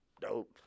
Dope